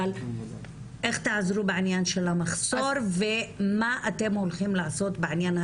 אבל איך תעזרו בעניין של המחסור ומה אתם הולכים לעשות בעניין?